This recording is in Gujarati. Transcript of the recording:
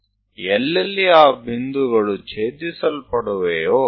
તો તે જ્યાં પણ છેદે છે તે બિંદુઓને સ્થિત કરો